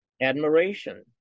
Admiration